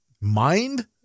mind